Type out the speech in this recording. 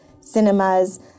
cinemas